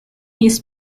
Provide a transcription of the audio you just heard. his